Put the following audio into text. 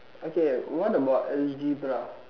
okay what about algebra